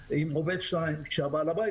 דרכים לנווט נכונה את בעלי העסקים הקטנים והבינוניים.